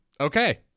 Okay